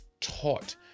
taught